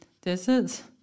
deserts